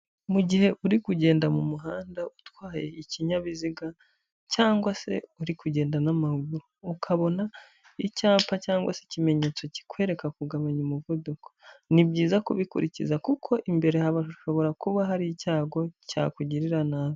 Mu gihe uri kugenda mu muhanda utwaye ikinyabiziga cyangwa se uri kugenda n'amaguru, ukabona icyapa cyangwa se ikimenyetso kikwereka kugabanya umuvuduko, ni byiza kubikurikiza kuko imbere haba hashobora kuba hari icyago cyakugirira nabi.